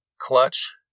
Clutch